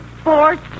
sports